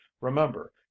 Remember